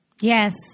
Yes